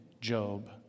Job